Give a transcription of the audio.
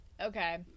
Okay